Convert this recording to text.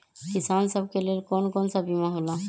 किसान सब के लेल कौन कौन सा बीमा होला?